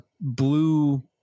Blue